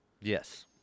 Yes